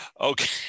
okay